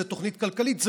זה תוכנית כלכלית,